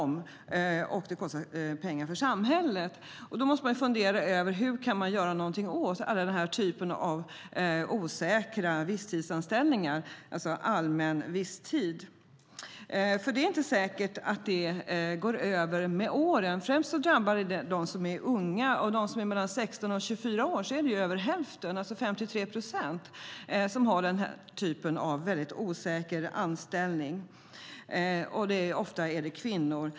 Man måste därför fundera över hur man kan göra någonting åt den här typen av osäkra visstidsanställningar, det vill säga allmän visstid. Det är inte säkert att detta går över med åren. Främst drabbar det dem som är unga. Av dem som är mellan 16 och 24 år är det över hälften, alltså 53 procent, som har denna typ av osäker anställning. Det är ofta kvinnor.